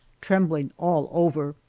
trembling all over.